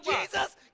Jesus